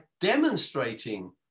demonstrating